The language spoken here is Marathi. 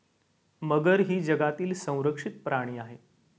मगर ही जगातील संरक्षित प्राणी आहे